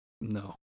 no